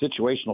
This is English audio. situational